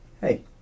Hey